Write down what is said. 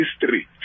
history